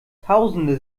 tausende